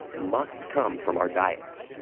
must come from our diets.